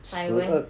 I went